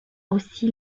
aussi